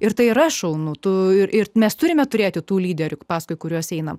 ir tai yra šaunu tu ir mes turime turėti tų lyderių paskui kuriuos einame